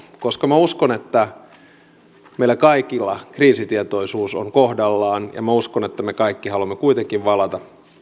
koska minä uskon että meillä kaikilla kriisitietoisuus on kohdallaan ja minä uskon että me kaikki haluamme kuitenkin valaa